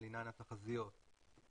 לעניין התחזיות.